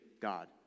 God